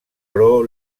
pro